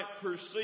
perceive